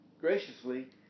graciously